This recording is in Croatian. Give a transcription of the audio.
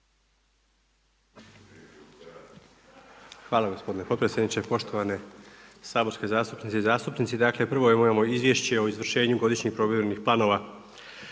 Hvala gospodine potpredsjedniče. Poštovane saborske zastupnice i zastupnici, dakle prvo imamo izvješće o izvršenju godišnjeg provjerenih planova